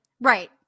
Right